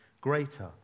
greater